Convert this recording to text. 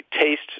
taste